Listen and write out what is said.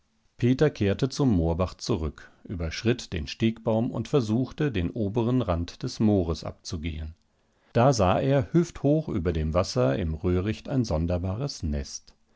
peter kehrte zum moorbach zurück überschritt den stegbaum und versuchte den oberen rand des moores abzugehen da sah er hüfthoch über dem wasser im röhricht ein sonderbares nest